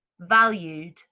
valued